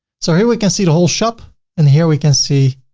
so here we can see the whole shop and here we can see,